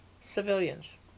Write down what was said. civilians